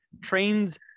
Trains